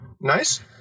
nice